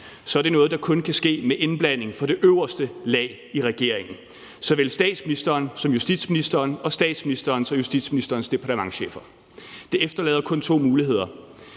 er det noget, der kun kan ske med indblanding fra det øverste lag i regeringen – såvel statsministeren og justitsministeren som statsministerens og justitsministerens departementschefer. Det efterlader kun to muligheder.